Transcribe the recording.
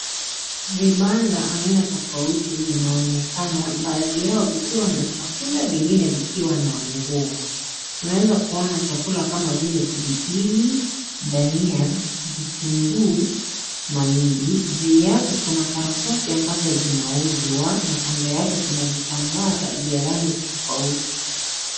Vipanda aina tofauti vinaonekana baadhi yao vikwa na chakula vingine vikiwa na nguo, naweza kuona chakula kama vile pilipili, ndania, vitunguu, maindi. Juu yake kuna karatasi ambazo zinauzwa na kando yake kuna vitambaa vya rangi tofauti.